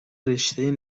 رشتهء